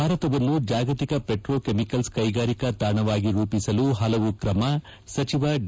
ಭಾರತವನ್ನು ಜಾಗತಿಕ ಪೆಟ್ರೋಕೆಮಿಕಲ್ಲ್ ಕೈಗಾರಿಕಾ ತಾಣವಾಗಿ ರೂಪಿಸಲು ಪಲವು ಕ್ರಮ ಸಚಿವ ಡಿ